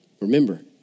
remember